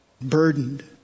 burdened